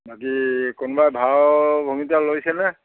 বাকী কোনোবাই ভাও ভূমিতা লৈছেনে